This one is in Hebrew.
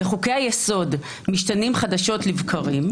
וחוקי היסוד משתנים חדשות לבקרים,